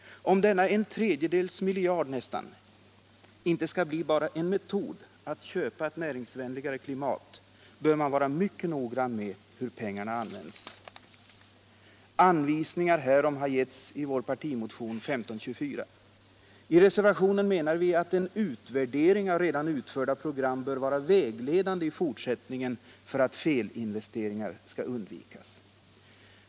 Om denna i det närmaste en tredjedels miljard inte skall bli bara en metod att köpa ett näringsvänligare klimat bör man vara mycket noga med hur pengarna används. Anvisningar härom har givits i vår partimotion 1524. I reservationen menar vi att en utvärdering av redan utförda program i fortsättningen bör vara vägledande för att felinvesteringar skall undvikas.